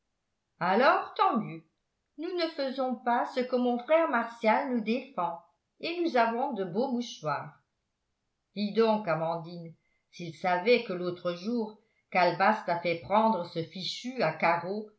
alors tant mieux nous ne faisons pas ce que mon frère martial nous défend et nous avons de beaux mouchoirs dis donc amandine s'il savait que l'autre jour calebasse t'a fait prendre ce fichu à carreaux